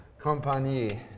Compagnie